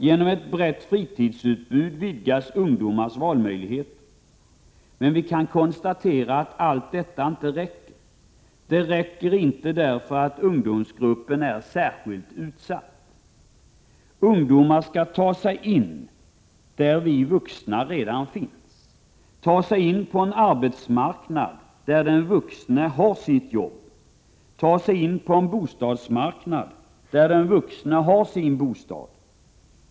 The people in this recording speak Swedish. Genom ett brett fritidsutbud vidgas ungdomars valmöjligheter. Men vi kan konstatera att allt detta inte räcker, eftersom ungdomsgrupperna är särskilt hårt utsatta. Ungdomar skall ta sig in på områden där vi vuxna redan finns — ta sig in på en arbetsmarknad där den vuxne har sitt jobb, ta sig in på en bostadsmarknad där den vuxne har sin bostad.